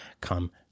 come